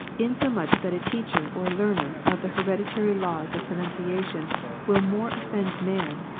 insomuch, that a teacher or learner of the hereditary laws of pronunciation will more offend men,